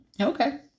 okay